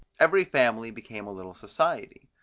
every family became a little society,